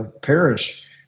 perish